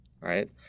right